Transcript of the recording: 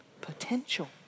potential